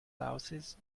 louses